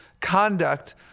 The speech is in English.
conduct